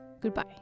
goodbye